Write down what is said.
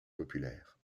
populaire